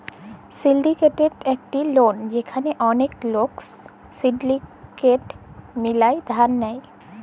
syndicated loan একট loan যেখালে ওলেক লক সিলডিকেট মিলায় ধার লেয়